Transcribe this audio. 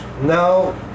Now